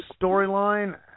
storyline